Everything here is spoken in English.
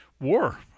war